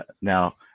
now